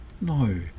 no